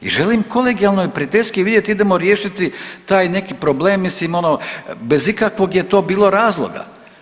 I želim kolegijalno i prijateljski vidjeti, idemo riješiti taj neki problem, mislim ono bez ikakvog je to bilo razloga.